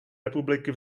republiky